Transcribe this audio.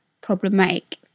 problematic